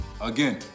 Again